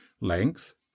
Length